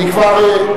אני כבר,